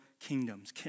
kingdoms